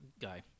guy